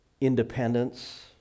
independence